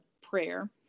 prayer